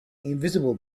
invisible